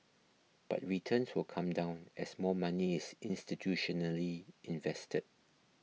but returns will come down as more money is institutionally invested